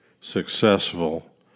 successful